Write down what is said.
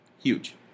Huge